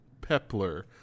Pepler